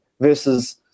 versus